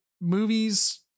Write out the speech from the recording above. movies